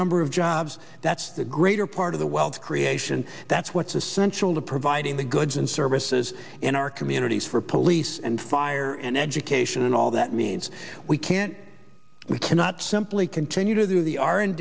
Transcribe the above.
number of jobs that's the greater part of the wealth creation that's what's essential to providing the goods and services in our communities for police and fire and education and all that means we can't we cannot simply continue to do the r